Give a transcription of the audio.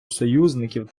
союзників